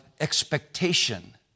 Expectation